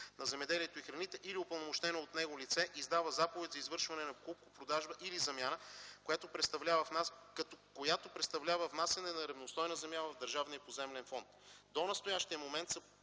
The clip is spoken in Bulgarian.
на земеделието и храните или упълномощено от него лице издава заповед за извършване на покупко-продажба или замяна, която представлява внасяне на равностойна земя в Държавния поземлен фонд. До настоящия момент